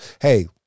hey